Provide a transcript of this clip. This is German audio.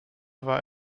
war